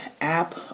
app